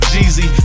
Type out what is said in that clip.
Jeezy